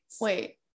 wait